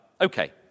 Okay